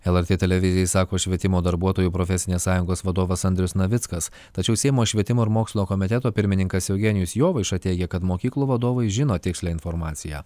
lrt televizijai sako švietimo darbuotojų profesinės sąjungos vadovas andrius navickas tačiau seimo švietimo ir mokslo komiteto pirmininkas eugenijus jovaiša teigia kad mokyklų vadovai žino tikslią informaciją